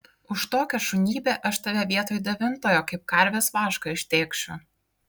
už tokią šunybę aš tave vietoj devintojo kaip karvės vašką ištėkšiu